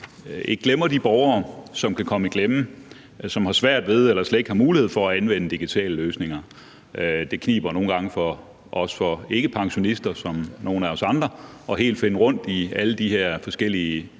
ikke glemmer de borgere, som kan komme i klemme; som har svært ved eller slet ikke mulighed for at anvende digitale løsninger. Det kniber også nogle gange for ikkepensionister som nogle af os andre med helt at finde rundt i alle de her forskellige